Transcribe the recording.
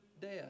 death